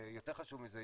ויותר חשוב מזה,